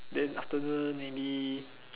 then afternoon maybe